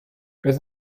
beth